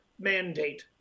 mandate